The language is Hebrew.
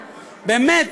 באמת,